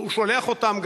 הוא שולח אותם,